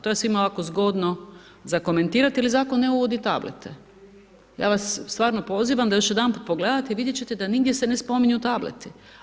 To je svima ovako zgodno za komentirati, ali zakon ne uvodi tablete, ja vas stvarno pozivam da još jedanput pogledate i vidjet ćete da nigdje se ne spominju tableti.